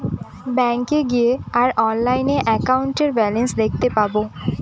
ব্যাঙ্কে গিয়ে আর অনলাইনে একাউন্টের ব্যালান্স দেখতে পাবো